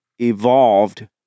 evolved